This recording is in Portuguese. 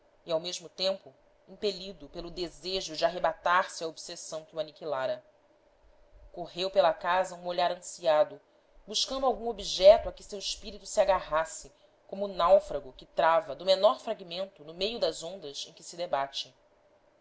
e ao mesmo tempo impelido pelo desejo de arrebatar se à obsessão que o aniquilara correu pela casa um olhar ansiado buscando algum objeto a que seu espírito se agarrasse como o náufrago que trava do menor fragmento no meio das ondas em que se debate